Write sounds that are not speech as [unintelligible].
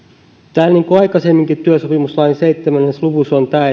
täällä niin kuin aikaisemminkin työsopimuslain seitsemässä luvussa on tämä [unintelligible]